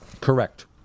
Correct